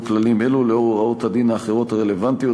כללים אלו ולאור הוראות הדין האחרות הרלוונטיות,